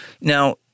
Now